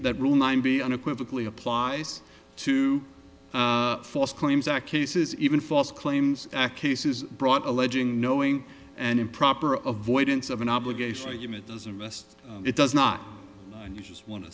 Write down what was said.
that rule nine be unequivocally applies to false claims that cases even false claims act cases brought alleging knowing and improper of void ince of an obligation it does not